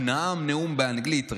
הוא נאם נאום באנגלית.